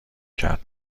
کرد